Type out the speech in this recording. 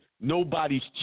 nobody's